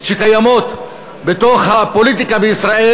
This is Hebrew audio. שקיימות בתוך הפוליטיקה בישראל,